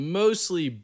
mostly